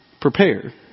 prepared